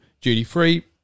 duty-free